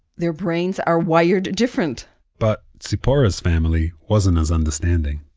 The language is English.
their brains are wired different but tzipora's family wasn't as understanding.